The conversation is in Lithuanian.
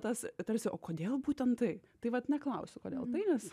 tas tarsi o kodėl būtent tai tai vat neklausiu kodėl tai nes